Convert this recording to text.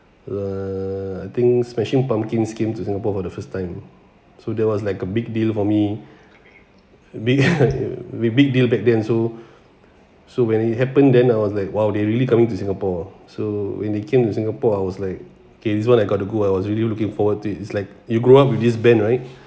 uh I think smashing pumpkin scheme to singapore for the first time so there was like a big deal for me big we big deal back then so so when it happen then I was like !wow! they really coming to singapore so when they came to singapore I was like okay this one I got to go I was really looking forward to it's like you grew up with this band right